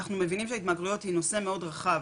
אנחנו מבינים שהתמכרויות זה נושא מאוד רחב,